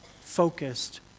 focused